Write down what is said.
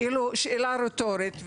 כביכול שאלה רטורית,